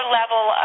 level